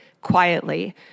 quietly